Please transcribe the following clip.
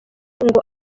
ngo